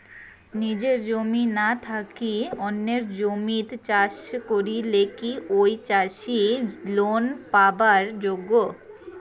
নিজের জমি না থাকি অন্যের জমিত চাষ করিলে কি ঐ চাষী লোন পাবার যোগ্য?